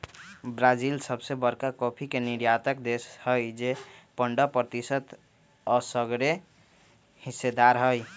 Brazil सबसे बरका coffee के निर्यातक देश हई जे पंडह प्रतिशत असगरेहिस्सेदार हई